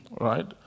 Right